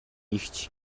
эгч